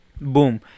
Boom